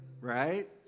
right